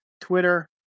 Twitter